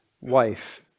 wife